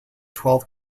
twelve